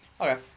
okay